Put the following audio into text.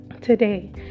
today